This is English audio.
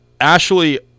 Ashley